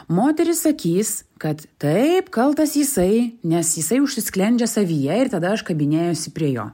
moterys sakys kad taip kaltas jisai nes jisai užsisklendžia savyje ir tada aš kabinėjuosi prie jo